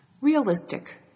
Realistic